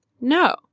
No